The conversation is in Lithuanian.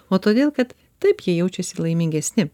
o todėl kad taip ji jaučiasi laimingesni